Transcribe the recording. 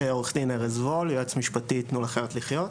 עו"ד ארז וול, יועץ משפטי מתנו לחיות לחיות.